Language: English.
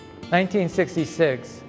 1966